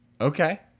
Okay